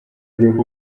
urebe